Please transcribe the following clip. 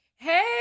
Hey